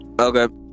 Okay